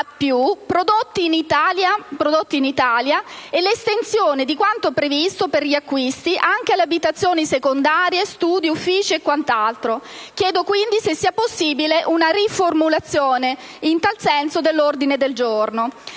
A+ prodotti in Italia, e l'estensione di quanto previsto per gli acquisti anche alle abitazioni secondarie, studi, uffici e quant'altro. Chiedo, quindi, se sia possibile una riformulazione in tal senso dell'ordine del giorno.